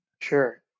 Sure